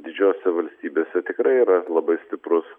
didžiosiose valstybėse tikrai yra labai stiprus